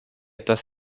dass